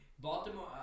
Baltimore